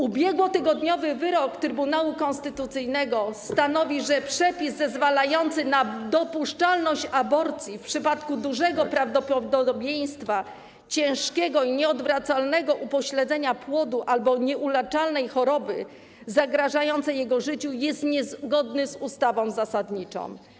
Ubiegłotygodniowy wyrok Trybunału Konstytucyjnego stanowi, że przepis zezwalający na dopuszczalność aborcji w przypadku dużego prawdopodobieństwa ciężkiego, nieodwracalnego upośledzenia płodu albo nieuleczalnej choroby zagrażającej jego życiu jest niezgodny z ustawą zasadniczą.